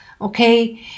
Okay